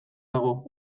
dago